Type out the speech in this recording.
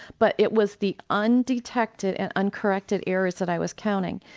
but it was the undetected and uncorrected errors that i was counting.